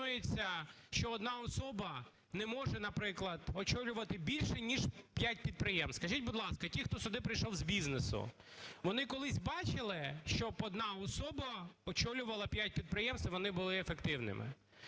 що одна особа не може, наприклад, очолювати більше ніж п'ять підприємств. Скажіть, будь ласка, ті, хто сюди прийшов з бізнесу. Вони колись бачили, щоб одна особа очолювала 5 підприємств і вони були ефективними?